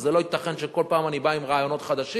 ושזה לא ייתכן שכל פעם אני בא עם רעיונות חדשים,